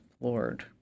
floored